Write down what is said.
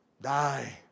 Die